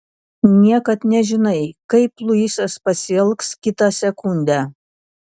niekad nežinai kaip luisas pasielgs kitą sekundę